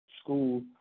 school